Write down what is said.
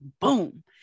Boom